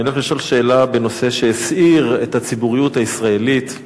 אני הולך לשאול שאלה בנושא שהסעיר את הציבוריות הישראלית,